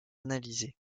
analysée